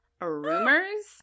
rumors